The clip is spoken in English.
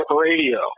radio